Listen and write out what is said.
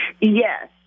Yes